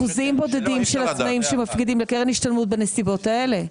של עצמאים שמפקידים לקרן השתלמות בנסיבות האלה.